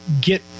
get